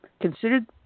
considered